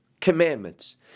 commandments